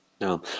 No